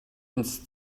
ins